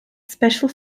special